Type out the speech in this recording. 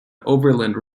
overland